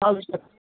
हां विचा